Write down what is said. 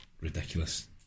ridiculous